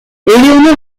eleanor